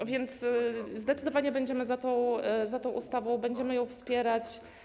A więc zdecydowanie będziemy za tą ustawą, będziemy ją wspierać.